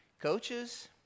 Coaches